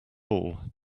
all